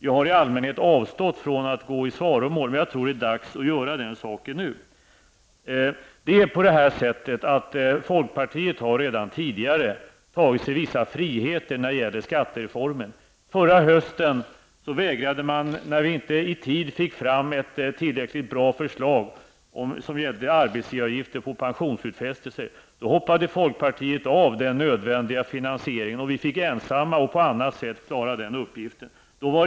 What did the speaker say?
Jag har i allmänhet avstått ifrån att gå in i svaromål, men nu tror jag att det är dags att göra det. Folkpartiet har redan tidigare tagit sig vissa friheter när det gäller skattereformen. Förra hösten, när vi inte i tid fick fram ett tillräckligt bra förslag om arbetsgivaravgifter på pensionsutfästelser, hoppade folkpartiet av den nödvändiga finansieringen. Vi fick då ensamma klara den uppgiften på annat sätt.